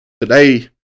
today